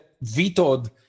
vetoed